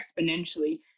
exponentially